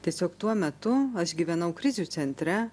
tiesiog tuo metu aš gyvenau krizių centre